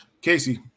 Casey